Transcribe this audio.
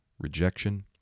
rejection